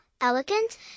elegant